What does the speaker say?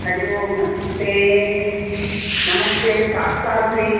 हरिः ओं नमस्ते नमस्ते शास्ता स्वीट्